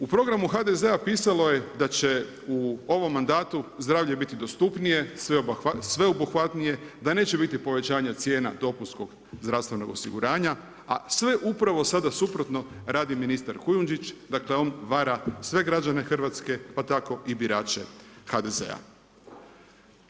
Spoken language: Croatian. U programu HDZ-a pisalo je da će u ovom mandatu zdravlje biti dostupnije, sveobuhvatnije, da neće biti povećanje cijena dopunskog zdravstvenog osiguranja, a sve upravo sada suprotno radi ministar Kujundžić, dakle, on vara sve građane Hrvatske, pa tako i birače HDZ-a.